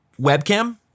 webcam